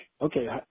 okay